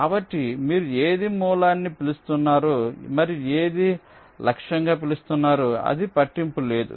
కాబట్టి మీరు ఏది మూలాన్ని పిలుస్తున్నారో మరియు ఏది లక్ష్యంగా పిలుస్తున్నారో అది పట్టింపు లేదు